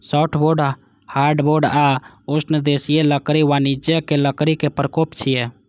softwood, hardwood आ उष्णदेशीय लकड़ी वाणिज्यिक लकड़ी के प्रकार छियै